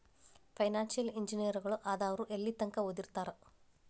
Financial ಇಂಜಿನಿಯರಗಳು ಆದವ್ರು ಯೆಲ್ಲಿತಂಕಾ ಓದಿರ್ತಾರ?